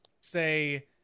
say